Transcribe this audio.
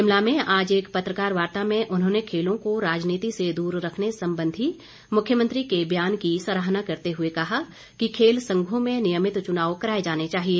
शिमला में आज एक पत्रकारवार्ता में उन्होंने खेलों को राजनीति से दूर रखने संबंधी मुख्यमंत्री के बयान की सराहना करते हुए कहा कि खेल संघों में नियमित चुनाव कराए जाने चाहिए